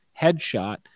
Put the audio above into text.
headshot